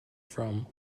from